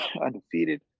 undefeated